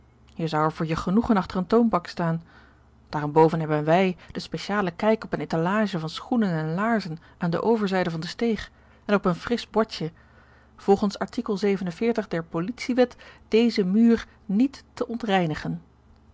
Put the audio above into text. je zou er voor je genoegen achter een toonbank staan daarenboven hebben wij den specialen kijk op een etalage van schoenen en laarzen aan de overzijde van de steeg en op een frisch bordje olgens der politie wet deze muur niet te ont